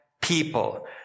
people